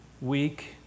week